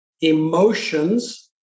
emotions